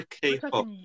K-pop